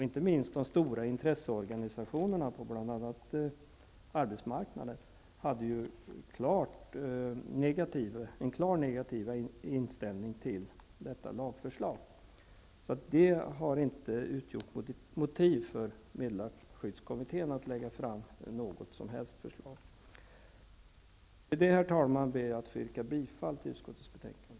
Inte minst de stora intresseorganisationerna på arbetsmarknaden hade en klart negativ inställning till detta lagförslag. Detta förhållande har alltså inte alls utgjort något motiv för meddelarskyddskommittén att lägga fram ett förslag. Herr talman! Med detta yrkar jag bifall till utskottets hemställan.